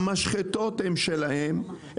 המשחטות הן שלהם,